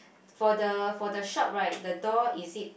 for the for the shop right the door is it